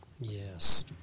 Yes